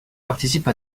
participe